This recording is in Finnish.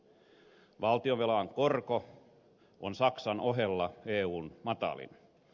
valtionvelan korko on saksan ohella eun matalin